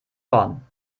horn